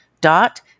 dot